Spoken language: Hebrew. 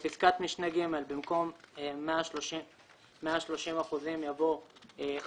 בפסקת משנה (ג), במקום "130%" יבוא "134.1%"